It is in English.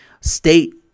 state